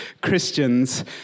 Christians